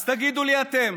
אז תגידו לי אתם: